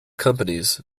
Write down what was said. companies